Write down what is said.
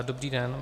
Dobrý den.